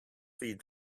feed